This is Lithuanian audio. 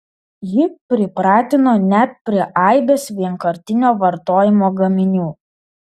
ji pripratino net prie aibės vienkartinio vartojimo gaminių